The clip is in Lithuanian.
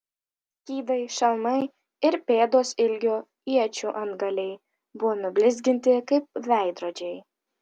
skydai šalmai ir pėdos ilgio iečių antgaliai buvo nublizginti kaip veidrodžiai